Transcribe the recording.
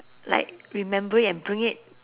like remember it and bring it